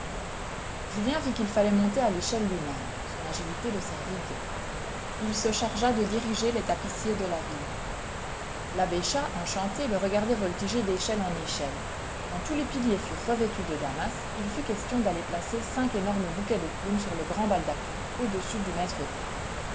julien vit qu'il fallait monter à l'échelle lui-même son agilité le servit bien il se chargea de diriger les tapissiers de la ville l'abbé chas enchanté le regardait voltiger d'échelle en échelle quand tous les piliers furent revêtus de damas il fut question d'aller placer cinq énormes bouquets de plumes sur le grand baldaquin au-dessus du